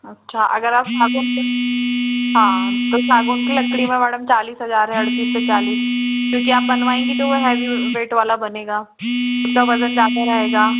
अच्छा अगर आप सागौन का हाँ तो सागौन की लकड़ी में मैडम चालीस हजार है अड़तीस से चालीस क्योंकि आप बनवाएंगी तो वो हैवी वेट वाला बनेगा उसका वजन ज़्यादा रहेगा